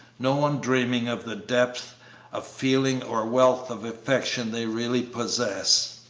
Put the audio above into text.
no one dreaming of the depth of feeling or wealth of affection they really possess.